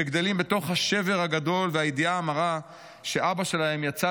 שגדלים בתוך השבר הגדול והידיעה המרה שאבא שלהם יצא